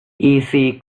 easy